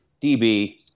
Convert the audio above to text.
DB